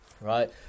Right